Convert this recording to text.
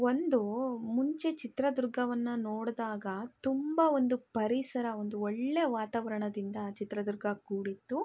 ಒಂದು ಮುಂಚೆ ಚಿತ್ರದುರ್ಗವನ್ನು ನೋಡಿದಾಗ ತುಂಬ ಒಂದು ಪರಿಸರ ಒಂದು ಒಳ್ಳೆಯ ವಾತಾವರಣದಿಂದ ಚಿತ್ರದುರ್ಗ ಕೂಡಿತ್ತು